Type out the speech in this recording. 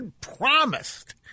promised